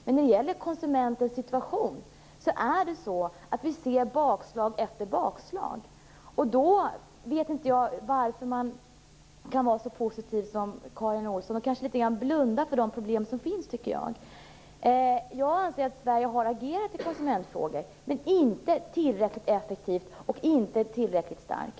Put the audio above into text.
Men när det gäller konsumentens situation ser vi bakslag efter bakslag. Jag förstår inte hur man kan vara så positiv som Karin Olsson och litet grand blunda för de problem som finns. Jag anser att Sverige har agerat i konsumentfrågor, men inte tillräckligt effektivt och starkt.